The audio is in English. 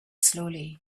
slowly